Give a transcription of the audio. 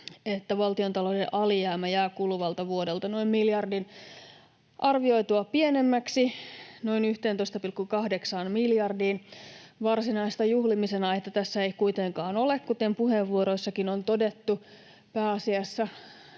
että valtiontalouden alijäämä jää kuluvalta vuodelta noin miljardin arvioitua pienemmäksi, noin 11,8 miljardiin. Varsinaista juhlimisen aihetta tässä ei kuitenkaan ole, kuten puheenvuoroissakin on todettu. Pääasiassa